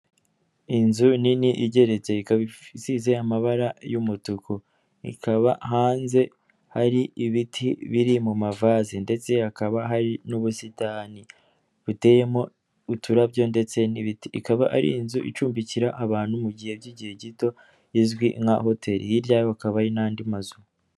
Inzu nini igeretse ikaba isize amabara y'umutuku, ikaba hanze hari ibiti biri mu mavazi ndetse hakaba hari n'ubusitani buteyeyemo uturarabyo ndetse n'iti ikaba ari inzu icumbikira abantu mu gihe by'igihe gito izwi nka hoteli hirya yayo hakaba n'andi mazu.